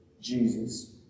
Jesus